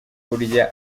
kurya